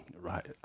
right